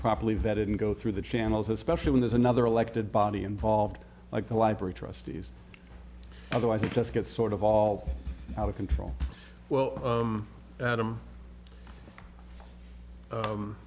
properly vetted and go through the channels especially when there's another elected body involved like the library trustees otherwise it just gets sort of all out of control well adam